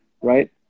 right